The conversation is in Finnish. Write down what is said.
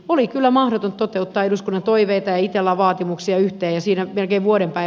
oli kyllä mahdoton toteuttaa eduskunnan toiveita ja itellan vaatimuksia yhteisiä merkkivuoden tai